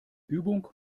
übung